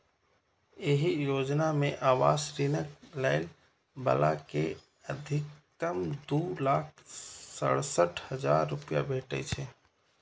एहि योजना मे आवास ऋणक लै बला कें अछिकतम दू लाख सड़सठ हजार रुपैया भेटै छै